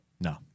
No